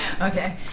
Okay